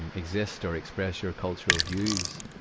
and exist or express your cultural views,